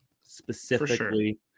specifically